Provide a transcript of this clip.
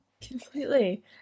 completely